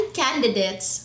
candidates